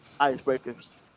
icebreakers